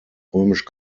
römisch